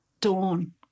Dawn